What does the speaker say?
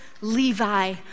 levi